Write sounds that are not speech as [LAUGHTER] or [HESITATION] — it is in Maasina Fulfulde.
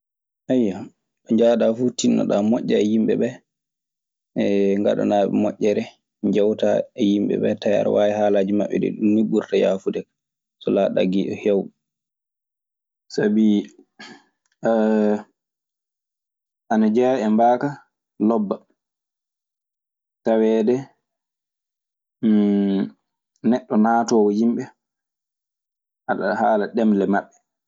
[HESITATION] to njahɗaa fuu tinnoɗaa moƴƴyaa e yimɓe ɓee. [HESITATION] ngaɗanaa ɓe moƴƴeere, njewtaa e yimɓe ɓee (tawi aɗe waawi haalaaji maɓɓe dee). Ɗun nii ɓurata yaafude kaa, so laatoɗaa giɗo heewɓe. Sabii [NOISE] [HESITATION] ana jeyaa e mbaaka lobba taweede [HESITATION] neɗɗo naatoowo yimɓe aɗa haala ɗemle maɓɓe.